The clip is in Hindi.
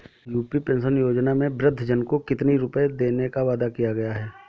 यू.पी पेंशन योजना में वृद्धजन को कितनी रूपये देने का वादा किया गया है?